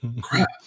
crap